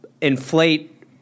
inflate